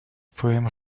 poème